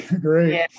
great